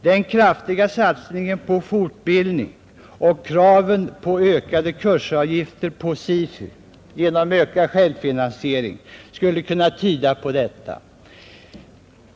Den kraftiga satsningen på folkbildning och kraven på ökade kursavgifter på SIFU genom ökad självfinansiering skulle kunna tyda på detta.